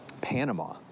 Panama